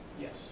Yes